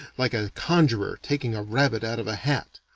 like a conjurer taking a rabbit out of a hat.